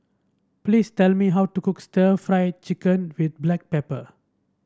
please tell me how to cook stir Fry Chicken with Black Pepper